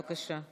בבקשה.